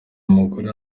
umugore